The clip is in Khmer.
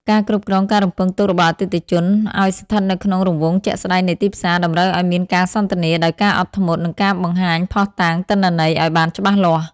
ការគ្រប់គ្រងការរំពឹងទុករបស់អតិថិជនឱ្យស្ថិតនៅក្នុងរង្វង់ជាក់ស្ដែងនៃទីផ្សារ តម្រូវឱ្យមានការសន្ទនាដោយការអត់ធ្មត់ និងការបង្ហាញភ័ស្តុតាងទិន្នន័យឱ្យបានច្បាស់លាស់។